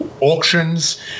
auctions